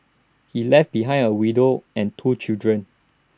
he left behind A widow and two children